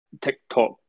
TikTok